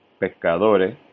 Pescadores